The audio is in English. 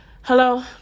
Hello